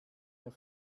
mehr